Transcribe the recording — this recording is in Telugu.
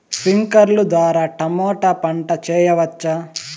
స్ప్రింక్లర్లు ద్వారా టమోటా పంట చేయవచ్చా?